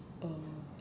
oh